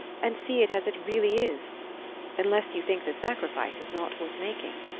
and see it as it really is unless you think the sacrifice is not worth making.